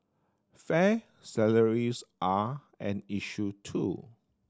fair salaries are an issue too